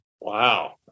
Wow